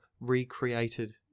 recreated